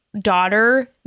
daughter